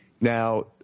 Now